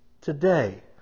Today